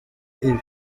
ibi